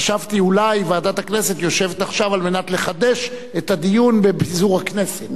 חשבתי שאולי ועדת הכנסת יושבת עכשיו על מנת לחדש את הדיון בפיזור הכנסת.